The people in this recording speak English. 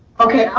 okay,